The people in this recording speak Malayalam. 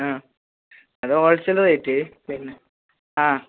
ആ അത് ഹോൾസെയിൽ റേറ്റ് പിന്നെ ആ